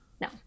no